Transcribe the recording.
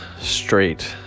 straight